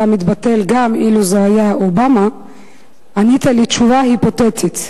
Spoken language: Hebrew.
מתבטל גם אילו זה היה אובמה ענית לי תשובה היפותטית,